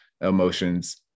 emotions